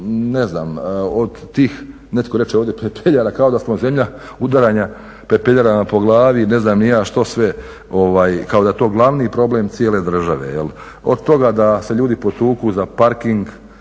ne znam, od tih, netko reče ovdje pepeljara kao da smo zemlja udaranja pepeljarama po glavi ili ne znam ni ja što sve, kao da je to glavni problem cijele države. Od toga da se ljudi potuku za parking